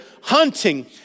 hunting